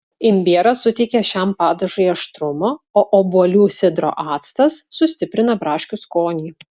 imbieras suteikia šiam padažui aštrumo o obuolių sidro actas sustiprina braškių skonį